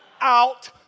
out